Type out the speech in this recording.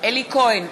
אלי כהן,